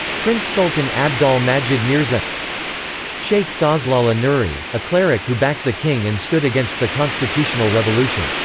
prince sultan abdol majid mirza sheikh fazlollah nuri a cleric who backed the king and stood against the constitutional revolution.